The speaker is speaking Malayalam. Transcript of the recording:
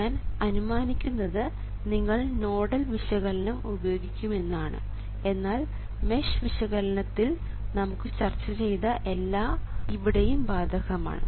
ഞാൻ അനുമാനിക്കുന്നത് നിങ്ങൾ നോഡൽ വിശകലനം ഉപയോഗിക്കുമെന്നാണ് എന്നാൽ മെഷ് വിശകലനത്തിൽ നമ്മൾ ചർച്ച ചെയ്തത് എല്ലാം ഇവിടെയും ബാധകമാണ്